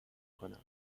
کنم